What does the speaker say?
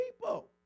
people